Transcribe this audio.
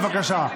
בבקשה.